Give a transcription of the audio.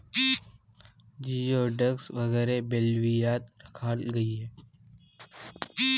जिओडेक्स वगैरह बेल्वियात राखाल गहिये